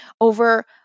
Over